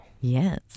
Yes